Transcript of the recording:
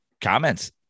comments